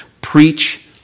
preach